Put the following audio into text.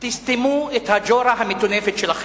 תסתמו את הג'ורה המטונפת שלכם.